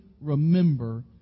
remember